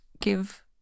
give